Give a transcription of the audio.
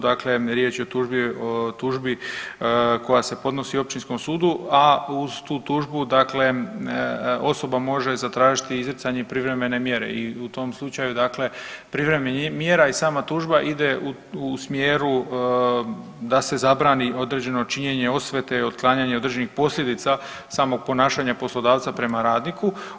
Dakle, riječ je o tužbi koja se podnosi Općinskom sudu, a uz tu tužbu dakle osoba može zatražiti izricanje privremene mjere i u tom slučaju, dakle privremena mjera i sama tužba ide u smjeru da se zabrani određeno činjenje osvete i otklanjanje određenih posljedica samog ponašanja poslodavca prema radniku.